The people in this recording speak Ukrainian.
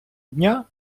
дня